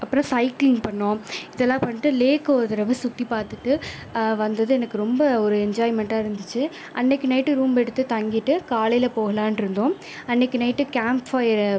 அப்பறம் சைக்கிளிங் பண்ணோம் இதுலாம் பண்ணிட்டு லேக் ஒரு தடவை சுற்றி பார்த்துட்டு வந்தது எனக்கு ரொம்ப ஒரு என்ஜாய்மெண்டாக இருந்துச்சு அன்றைக்கு நைட்டு ரூம் எடுத்து தங்கிட்டு காலையில் போகலான்ருந்தோம் அன்றைக்கு நைட்டு கேம் ஃபயர்